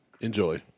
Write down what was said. Enjoy